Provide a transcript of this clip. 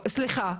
סליחה.